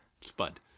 Spud